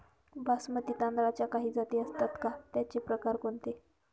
बासमती तांदळाच्या काही जाती असतात का, त्याचे प्रकार कोणते?